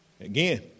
Again